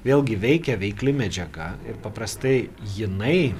vėlgi veikia veikli medžiaga ir paprastai jinai